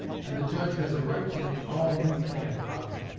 and the judge has a right to make all he can out of it.